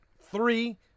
Three